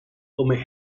come